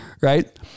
Right